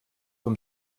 vom